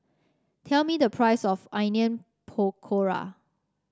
tell me the price of Onion Pakora